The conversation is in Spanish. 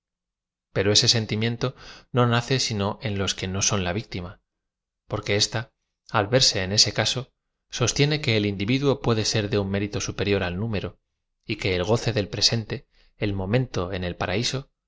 ero ese sentimiento no nace sino en los que no son la víctim a porque ésta al verse en ese caso sos tiene que el individuo puede ser de un mérito supe rio r al número y que el goce del presente e l momen to en el paraíso